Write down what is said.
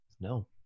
no